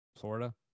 florida